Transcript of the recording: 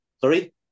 Sorry